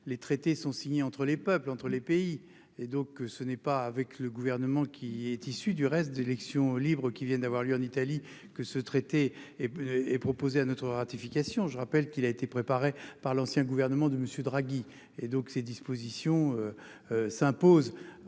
les traités sont signés entre les peuples, entre les pays et donc ce n'est pas avec le gouvernement qui est issu du reste d'élections libres, qui vient d'avoir lieu en Italie que ce traité est proposé à notre ratification je rappelle qu'il a été préparé par l'ancien gouvernement de monsieur Draghi et donc ces dispositions s'impose